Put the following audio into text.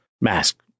mask